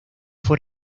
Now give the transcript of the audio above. fue